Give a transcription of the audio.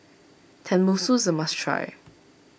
Tenmusu is a must try